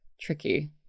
tricky